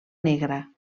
negra